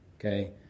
Okay